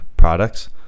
products